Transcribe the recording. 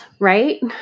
right